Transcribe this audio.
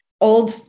old